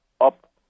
up